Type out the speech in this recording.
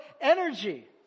energy